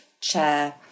chair